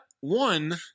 one